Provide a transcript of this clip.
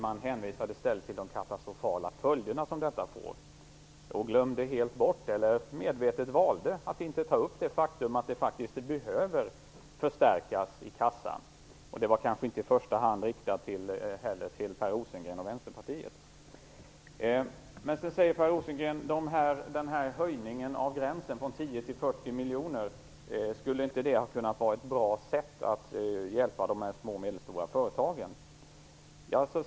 Man hänvisade i stället till de katastrofala följder som förändringen får och glömde helt bort, eller valde medvetet, att inte beröra det faktum att kassan behöver förstärkas. Det jag sade var inte i första hand riktat till Per Rosengren och Vänsterpartiet. Men sedan undrar Per Rosengren om inte den här höjning av gränsen från 10 miljoner till 40 miljoner skulle kunna vara ett bra sätt att hjälpa de små och medelstora företagen.